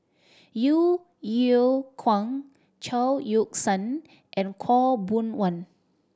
Yeo Yeow Kwang Chao Yoke San and Khaw Boon Wan